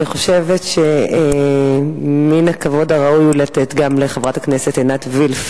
אני חושבת שמן הכבוד הראוי לתת גם לחברת הכנסת עינת וילף